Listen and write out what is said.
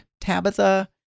Tabitha